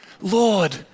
Lord